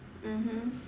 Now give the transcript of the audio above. mmhmm